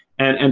and and